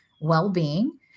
well-being